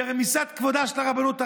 ברמיסת כבודה של הרבנות הראשית.